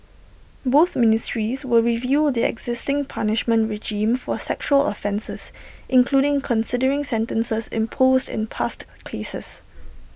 both ministries will review the existing punishment regime for sexual offences including considering sentences imposed in past cases